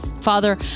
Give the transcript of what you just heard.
Father